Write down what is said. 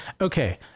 Okay